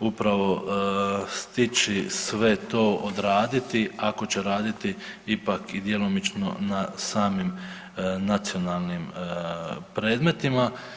upravo stići sve to odraditi, ako će raditi ipak i djelomično na samim nacionalnim predmetima.